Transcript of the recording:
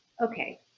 okay